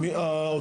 מי פה, האוצר?